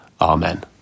Amen